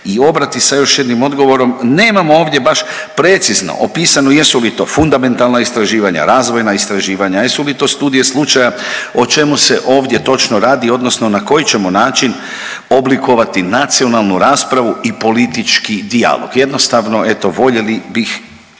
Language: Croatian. i obrati sa još jednim odgovorom, nemamo ovdje baš precizno opisano jesu li to fundamentalna istraživanja, razvojna istraživanja, jesu li to studije slučaja o čemu se ovdje točno radni odnosno na koji ćemo način oblikovati nacionalnu raspravu i politički dijalog. Jednostavno eto voljeli bih,